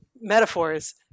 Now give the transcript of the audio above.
metaphors